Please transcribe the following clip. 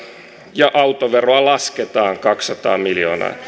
ja autoveroa lasketaan kaksisataa miljoonaa